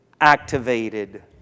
activated